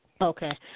Okay